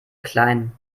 klein